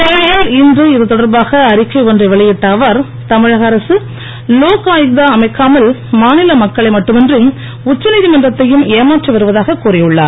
சென்னையில் இன்று இதுதொடர்பாக அறிக்கை ஒன்றை வெளியிட்ட அவர் தமிழக அரசு லோக் ஆயுக்தா அமைக்காமல் மாநில மக்களை மட்டுமின்றி உச்ச நீதிமன்றத்தையும் ஏமாற்றி வருவதாகக் கூறியுள்ளார்